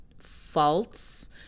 false